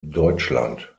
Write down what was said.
deutschland